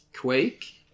Quake